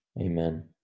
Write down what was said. Amen